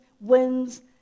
winds